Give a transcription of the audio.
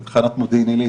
זה תחנת מודיעין עילית,